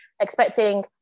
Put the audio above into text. expecting